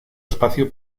espacio